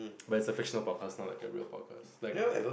but is a fictional podcast not like a real podcast like